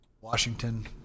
Washington